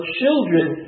children